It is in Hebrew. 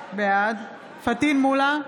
בעד פטין מולא,